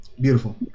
Beautiful